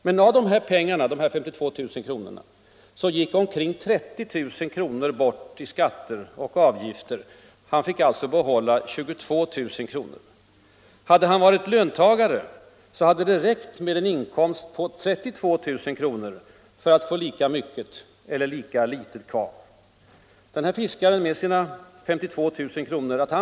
Men av de här 52 000 kronorna gick omkring 30 000 kr. bort i skatter och avgifter. Han fick alltså behålla 22 000 kr. Hade han varit löntagare hade det räckt med en inkomst på 32 000 kr. för att få lika mycket eller lika litet kvar. Att den här fiskaren med sina 52 000 kr.